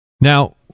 Now